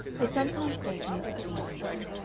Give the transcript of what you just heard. they sometimes gave musical evenings,